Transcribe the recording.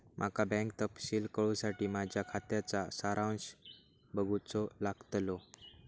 माका बँक तपशील कळूसाठी माझ्या खात्याचा सारांश बघूचो लागतलो